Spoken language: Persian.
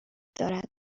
دارد